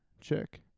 Check